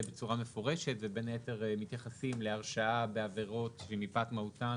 בצורה מפורשת ובין היתר מתייחסים להרשאה בגין עבירות שמפאת מהותן,